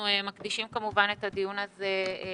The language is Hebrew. אנחנו מקדישים כמובן את הדיון הזה אליהם.